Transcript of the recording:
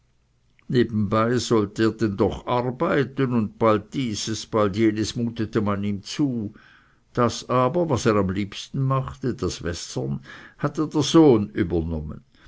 nebenbei sollte er denn doch arbeiten und bald dieses bald jenes mutete man ihm zu das aber was er am liebsten machte das wässern hatte der sohn übernommen